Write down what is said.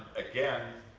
again,